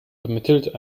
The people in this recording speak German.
vermittelt